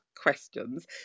questions